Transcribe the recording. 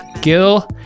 Gil